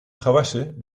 gewassen